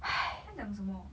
他讲什么